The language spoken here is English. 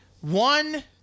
One